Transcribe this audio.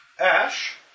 Ash